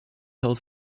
held